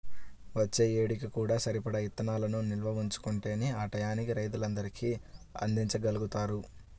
వచ్చే ఏడుకి కూడా సరిపడా ఇత్తనాలను నిల్వ ఉంచుకుంటేనే ఆ టైయ్యానికి రైతులందరికీ అందిచ్చగలుగుతారు